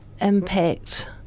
impact